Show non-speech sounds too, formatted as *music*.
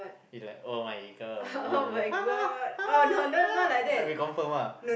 in like [oh]-my-God *noise* we confirm ah